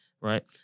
right